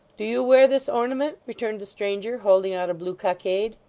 do you wear this ornament returned the stranger, holding out a blue cockade.